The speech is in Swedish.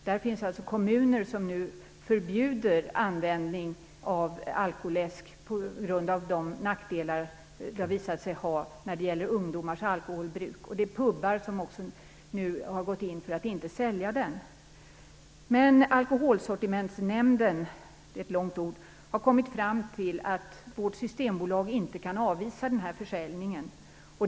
Där förbjuder vissa kommuner användning av alkoläsk på grund av de nackdelar som den för med sig främst när det gäller ungdomars alkoholbruk. Också en del pubar har gått in för att inte sälja alkoläsk. Men Alkoholsortimentsnämnden har kommit fram till att vårt Systembolag inte kan avvisa försäljning av denna läsk.